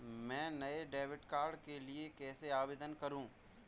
मैं नए debit card के लिए कैसे आवेदन करूं?